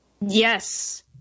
Yes